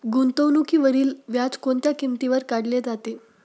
गुंतवणुकीवरील व्याज कोणत्या किमतीवर काढले जाते?